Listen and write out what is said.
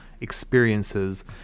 experiences